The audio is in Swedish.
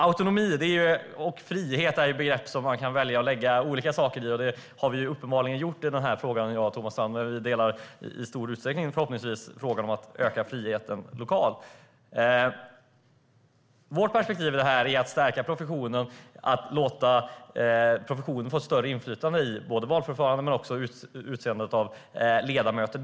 Autonomi och frihet är begrepp som man kan välja att lägga olika betydelser i, vilket vi uppenbarligen har gjort i den här frågan, jag och Thomas Strand. Men vi delar förhoppningsvis i stor utsträckning uppfattning i frågan om att öka friheten lokalt. Vårt perspektiv är att man måste stärka professionen och låta professionen få större inflytande i både valförfaranden och utseende av ledamöter.